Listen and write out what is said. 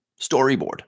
storyboard